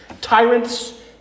tyrants